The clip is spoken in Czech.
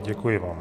Děkuji vám.